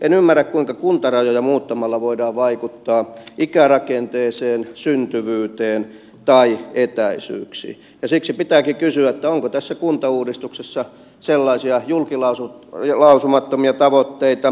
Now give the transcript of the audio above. en ymmärrä kuinka kuntarajoja muuttamalla voidaan vaikuttaa ikärakenteeseen syntyvyyteen tai etäisyyksiin ja siksi pitääkin kysyä onko tässä kuntauudistuksessa julkilausumattomia tavoitteita